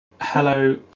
Hello